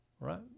right